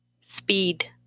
speed